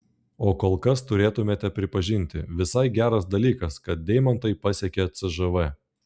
o kol kas turėtumėte pripažinti visai geras dalykas kad deimantai pasiekė cžv